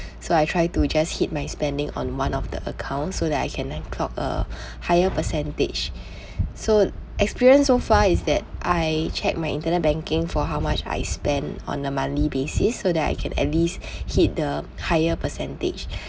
so I try to just hit my spending on one of the accounts so that I can then clock a higher percentage so experience so far is that I check my internet banking for how much I spend on a monthly basis so that I can at least hit the higher percentage